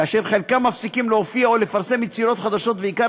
כאשר חלקם מפסיקים להופיע או לפרסם יצירות חדשות ועיקר